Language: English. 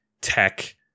tech